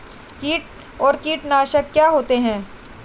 कीट और कीटनाशक क्या होते हैं?